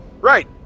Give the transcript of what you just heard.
Right